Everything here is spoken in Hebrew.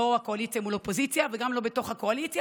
לא הקואליציה מול אופוזיציה וגם לא בתוך הקואליציה,